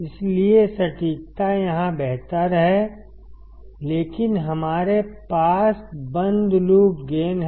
इसलिए सटीकता यहां बेहतर है लेकिन हमारे पास बंद लूप गेन है